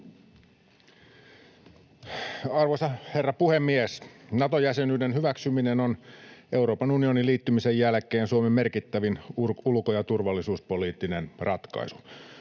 Arvoisa herra puhemies! Nato-jäsenyyden hyväksyminen on Euroopan unioniin liittymisen jälkeen Suomen merkittävin ulko- ja turvallisuuspoliittinen ratkaisu.